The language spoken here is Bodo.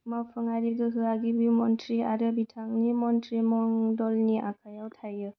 मावफुङारि गोहोआ गिबि मन्त्री आरो बिथांनि मन्त्रि मण्डलनि आखायाव थायो